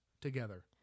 together